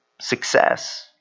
success